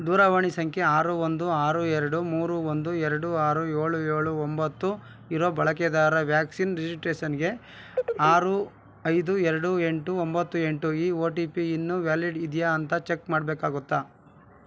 ದೂರವಾಣಿ ಸಂಖ್ಯೆ ಆರು ಒಂದು ಆರು ಎರಡು ಮೂರು ಒಂದು ಎರಡು ಆರು ಏಳು ಏಳು ಒಂಬತ್ತು ಇರೋ ಬಳಕೆದಾರ ವ್ಯಾಕ್ಸಿನ್ ರಿಜಿಸ್ಟೇಸನ್ಗೆ ಆರು ಐದು ಎರಡು ಎಂಟು ಒಂಬತ್ತು ಎಂಟು ಈ ಒ ಟಿ ಪಿ ಇನ್ನೂ ವ್ಯಾಲಿಡ್ ಇದೆಯಾ ಅಂತ ಚೆಕ್ ಮಾಡಬೇಕಾಗುತ್ತಾ